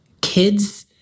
kids